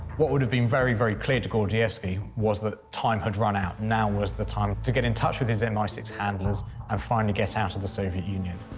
what would have been very, very clear to gordievsky, was that time had run out, now was the time to get in touch with his m i six handlers and finally get out of the soviet union.